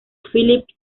philip